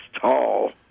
tall